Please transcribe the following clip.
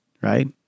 right